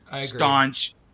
staunch